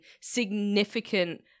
significant